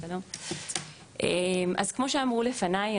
אז כמו שאמרו לפניי,